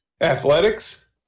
Athletics